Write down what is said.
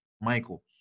Michael